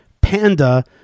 Panda